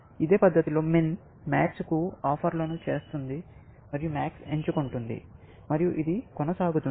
ఇదే పద్ధతిలో MIN MAX కు ఆఫర్లను చేస్తోంది మరియు MAX ఎంచుకుంటుంది మరియు ఇది కొనసాగుతుంది